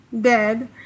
dead